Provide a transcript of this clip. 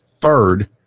third